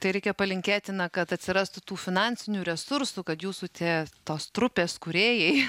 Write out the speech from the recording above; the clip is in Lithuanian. tai reikia palinkėti na kad atsirastų tų finansinių resursų kad jūsų tie tos trupės kūrėjai